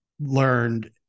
learned